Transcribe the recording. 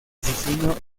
asesino